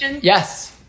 Yes